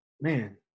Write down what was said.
man